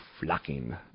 flocking